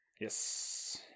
Yes